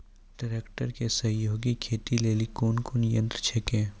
Tractor के सहयोगी खेती लेली कोन कोन यंत्र छेकै?